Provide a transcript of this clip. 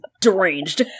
deranged